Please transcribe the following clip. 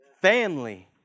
Family